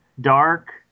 dark